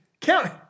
County